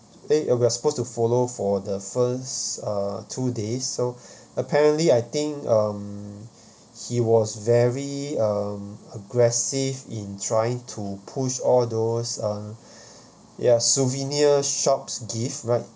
eh uh we're supposed to follow for the first uh two days so apparently I think um he was very um aggressive in trying to push all those uh ya souvenir shops gift right